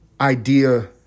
idea